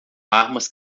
armas